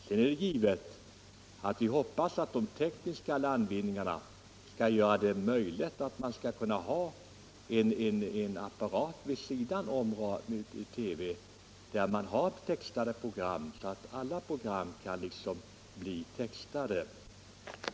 Sedan hoppas vi givetvis att de tekniska landvinningarna skall göra det möjligt att ha en apparat vid sidan om TV:n med vars hjälp man kan få alla program textade.